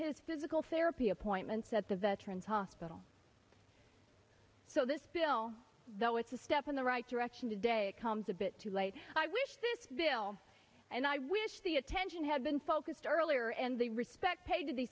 his physical therapy appointments at the veterans hospital so this bill though it's a step in the right direction today it comes a bit too late i wish this bill and i wish the attention had been focused earlier and the respect paid to the